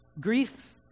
Grief